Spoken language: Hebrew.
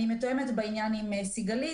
אני מתואמת בעניין עם סיגלית.